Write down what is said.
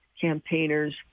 campaigners